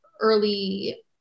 early